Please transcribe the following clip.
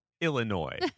Illinois